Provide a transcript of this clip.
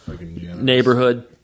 Neighborhood